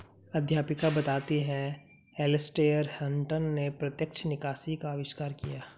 अध्यापिका बताती हैं एलेसटेयर हटंन ने प्रत्यक्ष निकासी का अविष्कार किया